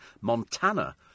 Montana